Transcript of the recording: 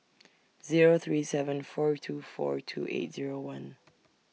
Zero three seven four two four two eight Zero one